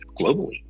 globally